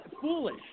foolish